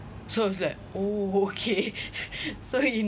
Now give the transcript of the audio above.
so I was like oh okay so in